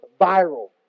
viral